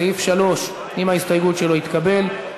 סעיף 3 עם ההסתייגות שלו התקבל.